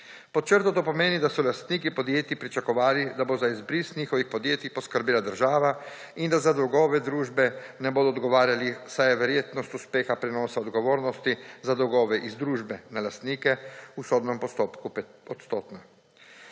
Pod črto to pomeni, da so lastniki podjetij pričakovali, da bo za izbris njihovih podjetij poskrbela država in da za dolgove družbe ne bodo odgovarjali, saj je verjetnost uspeha prenosa odgovornosti za dolgove z družbe na lastnike v sodnem postopku petodstotna.